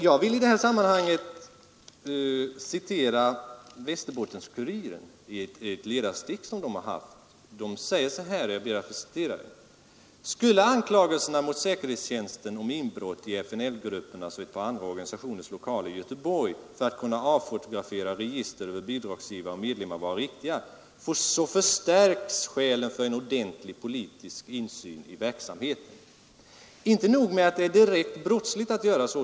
Jag vill i det här sammanhanget citera ett ledarstick ur Västerbottens Kuriren. Man säger så här: ”Skulle anklagelserna mot säkerhetstjänsten om inbrott i FNL-gruppers och ett par andra organisationers lokaler i Göteborg för att kunna avfotografera register över bidragsgivare och medlemmar vara riktiga, så förstärks skälen för en ordentlig politisk insyn i verksamheten. Inte nog med att det är riktigt brottsligt att göra så.